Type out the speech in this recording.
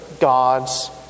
God's